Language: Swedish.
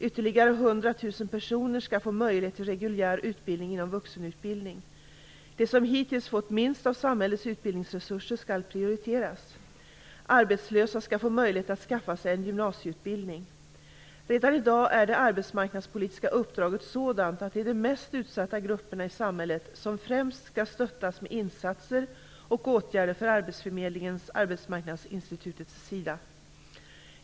Ytterligare 100 000 personer skall få möjlighet till reguljär utbildning inom vuxenutbildning. De som hittills har fått minst av samhällets utbildningsresurser skall prioriteras. Arbetslösa skall få möjlighet att skaffa sig en gymnasieutbildning. Redan i dag är det arbetsmarknadspolitiska uppdraget sådant att det är de mest utsatta grupperna i samhället som främst skall stöttas med insatser och åtgärder från arbetsförmedlingens/arbetsmarknadsinstitutets sida.